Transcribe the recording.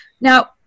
Now